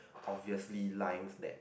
obviously lines that